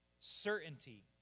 Certainty